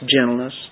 gentleness